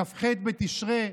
כ"ח בתשרי.